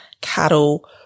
cattle